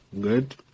good